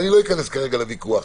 אני לא אכנס כרגע לוויכוח,